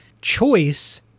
choice